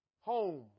home